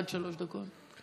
עד שלוש דקות.